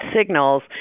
signals